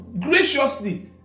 graciously